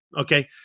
Okay